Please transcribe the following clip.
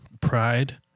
Pride